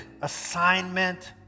assignment